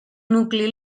nucli